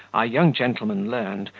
our young gentleman learned,